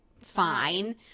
fine